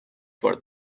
for